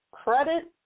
Credit